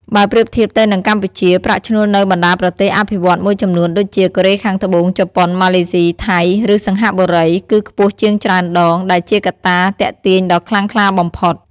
បើប្រៀបធៀបទៅនឹងកម្ពុជា ប្រាក់ឈ្នួលនៅបណ្ដាប្រទេសអភិវឌ្ឍន៍មួយចំនួនដូចជា កូរ៉េខាងត្បូង ជប៉ុន ម៉ាឡេស៊ី ថៃ ឬសិង្ហបុរី គឺខ្ពស់ជាងច្រើនដង ដែលជាកត្តាទាក់ទាញដ៏ខ្លាំងក្លាបំផុត។